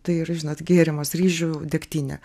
tai yra žinot gėrimas ryžių degtinė